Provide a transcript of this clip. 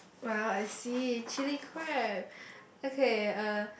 well I see chilli crab okay uh